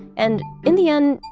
and in the end,